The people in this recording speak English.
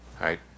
right